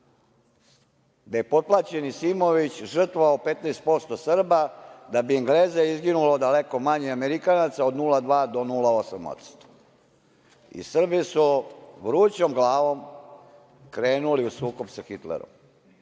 gde je potplaćeni Simović žrtvovao 15% Srba, da bi Engleza izginulo daleko manje od Amerikanaca, od 0,2 do 0,8% i Srbi su vrućom glavom krenuli u sukob sa Hitlerom,